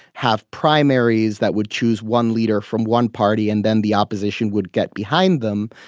have primaries that would choose one leader from one party and then the opposition would get behind them.